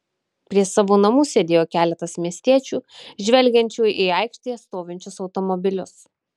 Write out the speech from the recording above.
prie savo namų sėdėjo keletas miestiečių žvelgiančių į aikštėje stovinčius automobilius